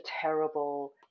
terrible